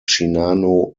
shinano